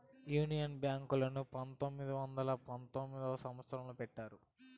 union Bank ను పంతొమ్మిది వందల పంతొమ్మిదవ సంవచ్చరంలో పెట్టినారు